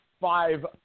five